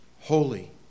holy